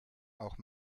auch